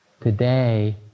today